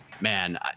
man